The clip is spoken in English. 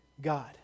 God